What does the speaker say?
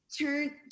Turn